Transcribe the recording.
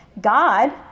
God